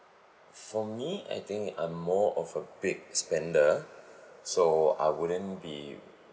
for me I think I'm more of a big spender so I wouldn't be